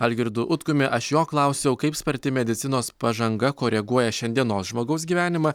algirdu utkumi aš jo klausiau kaip sparti medicinos pažanga koreguoja šiandienos žmogaus gyvenimą